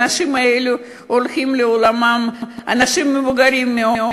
האנשים האלה הולכים לעולמם, אנשים מבוגרים מאוד.